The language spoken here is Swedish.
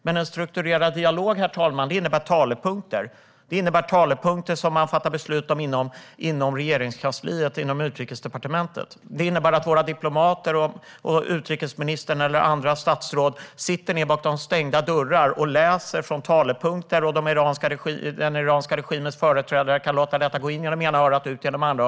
Men en strukturerad dialog, herr talman, innebär talepunkter som man fattar beslut om inom Regeringskansliet och inom Utrikesdepartementet. Det innebär att våra diplomater och utrikesministern och andra statsråd sitter ned bakom stängda dörrar och läser utifrån sina talepunkter, och den iranska regimens företrädare kan låta det hela gå in genom ena örat och ut genom det andra.